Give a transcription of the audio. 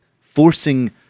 forcing